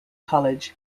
college